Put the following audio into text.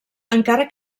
encara